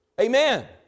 Amen